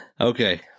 Okay